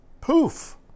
Poof